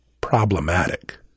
problematic